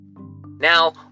Now